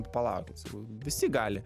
palaukt sakau visi gali